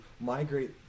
migrate